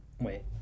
wait